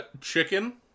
Chicken